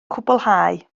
cwblhau